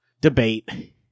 Debate